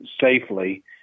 safely